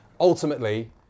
Ultimately